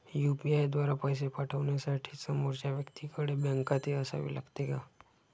UPI द्वारा पैसे पाठवण्यासाठी समोरच्या व्यक्तीकडे बँक खाते असावे लागते का?